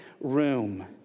room